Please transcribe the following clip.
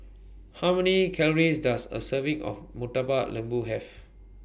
How Many Calories Does A Serving of Murtabak Lembu Have